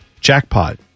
jackpot